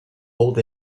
old